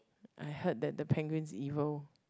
I heard that the penguin's evil